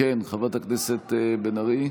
חברת הכנסת בן ארי.